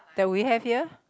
that we have here